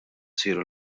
isiru